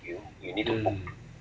mm